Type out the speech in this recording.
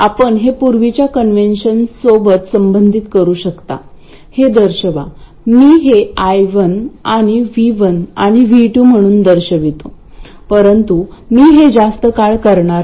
आपण हे पूर्वीच्या कन्व्हेन्शन सोबत संबंधित करू शकता हे दर्शवा मी हे I1 आणि V1 आणि V2 म्हणून दर्शवितो परंतु मी हे जास्त काळ करणार नाही